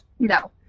No